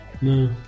no